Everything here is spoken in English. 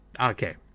Okay